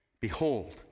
Behold